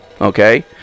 Okay